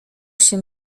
się